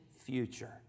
future